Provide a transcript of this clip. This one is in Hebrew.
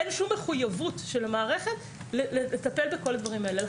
אין שום מחויבות של המערכת לטפל בכל הדברים האלה.